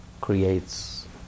creates